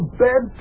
bed